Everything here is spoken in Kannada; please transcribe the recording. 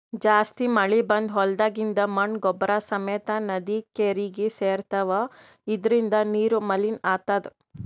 ಜಾಸ್ತಿ ಮಳಿ ಬಂದ್ ಹೊಲ್ದಾಗಿಂದ್ ಮಣ್ಣ್ ಗೊಬ್ಬರ್ ಸಮೇತ್ ನದಿ ಕೆರೀಗಿ ಸೇರ್ತವ್ ಇದರಿಂದ ನೀರು ಮಲಿನ್ ಆತದ್